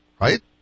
right